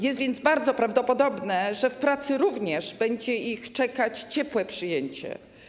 Jest więc bardzo prawdopodobne, że w pracy również będzie ich czekać ciepłe przyjęcie.